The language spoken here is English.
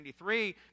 1993